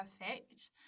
perfect